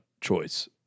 choice